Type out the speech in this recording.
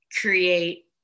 create